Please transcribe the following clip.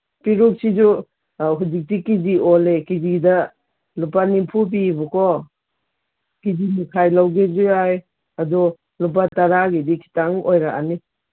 ꯄꯤꯔꯨꯛꯁꯤꯁꯨ ꯍꯧꯖꯤꯛꯇꯤ K G ꯑꯣꯜꯂꯦ K ꯖꯤꯗ ꯂꯨꯄꯥ ꯅꯤꯐꯨ ꯄꯤꯌꯦꯕꯀꯣ ꯀꯦ ꯖꯤ ꯃꯈꯥꯏ ꯂꯧꯒꯦꯁꯨ ꯌꯥꯏ ꯑꯗꯣ ꯂꯨꯄꯥ ꯇꯔꯥꯒꯤꯗꯤ ꯈꯤꯇꯪ ꯑꯣꯏꯔꯛꯑꯅꯤ